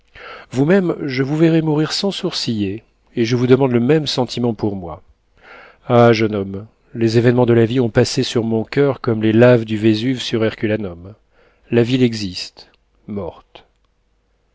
vous-même je vous verrais mourir sans sourciller et je vous demande le même sentiment pour moi ah jeune homme les événements de la vie ont passé sur mon coeur comme les laves du vésuve sur herculanum la ville existe morte